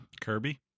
kirby